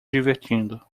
divertindo